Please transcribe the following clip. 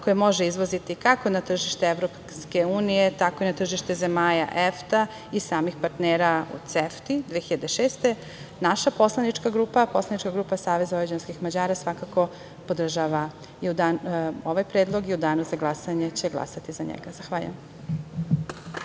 koji može izvoziti kako na tržište EU, tako i na tržište zemalja EFTA i samih partnera u CEFTA 2006. naša Poslanička grupa Savez Vojvođanskih Mađara svakako podržava ove predloge i u danu za glasanje će glasati za njega. Zahvaljujem.